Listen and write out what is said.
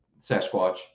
Sasquatch